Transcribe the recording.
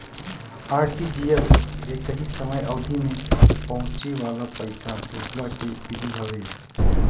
RTGS एकही समय अवधि में पहुंचे वाला पईसा भेजला के विधि हवे